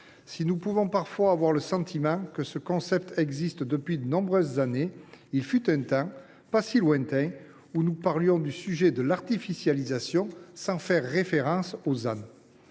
Si nous pouvons avoir le sentiment que ce concept existe depuis de nombreuses années, il fut un temps, pas si lointain, où nous parlions du sujet de l’artificialisation sans faire référence au ZAN.